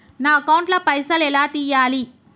నా అకౌంట్ ల పైసల్ ఎలా తీయాలి?